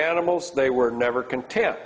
animals they were never content